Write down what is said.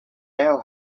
now